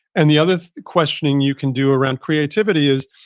and the other questioning you can do around creativity is,